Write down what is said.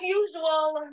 usual